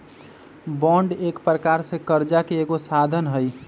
bond एक प्रकार से करजा के एगो साधन हइ